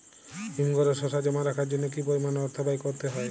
হিমঘরে শসা জমা রাখার জন্য কি পরিমাণ অর্থ ব্যয় করতে হয়?